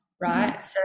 right